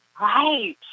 Right